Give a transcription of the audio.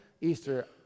easter